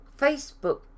Facebook